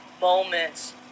moments